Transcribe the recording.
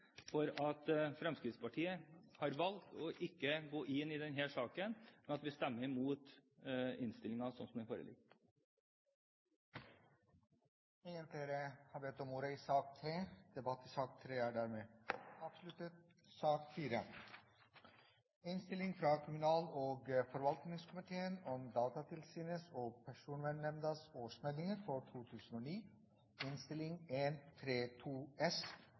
for at Fremskrittspartiet har valgt å ikke gå inn i denne saken, men at vi stemmer imot innstilingen slik som den foreligger. Flere har ikke bedt om ordet i sak nr. 3. Etter ønske fra kommunal- og forvaltningskomiteen vil presidenten foreslå at taletiden begrenses til 40 minutter og